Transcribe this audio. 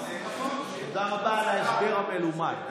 תודה רבה על ההסבר המלומד.